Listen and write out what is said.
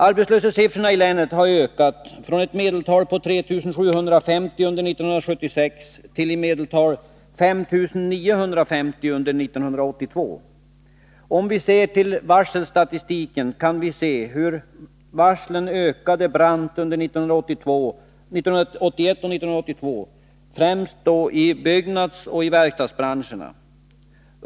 Arbetslöshetssiffrorna i länet har ökat från ett medeltal på 3 750 under 1976 till i medeltal 5 950 under 1982. Av varselstatistiken kan vi se hur varslen ökat brant under 1981 och 1982, främst i byggnadsoch verkstadsbranscherna.